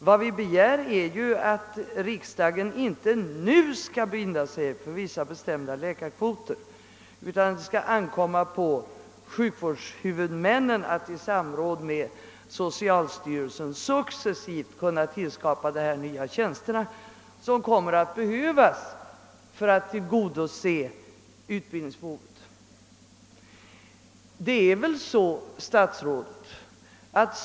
Vad vi begär är att riksdagen inte nu skall binda sig för vissa bestämda läkarkvoter, utan att det skall ankomma på sjukvårdshuvudmännen att i samråd med socialstyrelsen successivt tillskapa de nya tjänster som kommer att behövas för att tillgodose utbildningsbehovet.